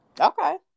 Okay